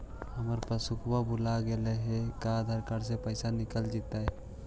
हमर पासबुक भुला गेले हे का आधार कार्ड से पैसा निकल जितै?